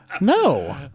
No